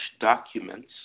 documents